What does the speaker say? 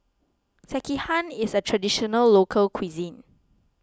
Sekihan is a Traditional Local Cuisine